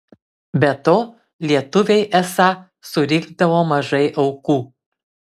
be to lietuviai esą surinkdavo mažai aukų